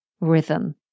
rhythm